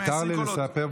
מותר לי לספר?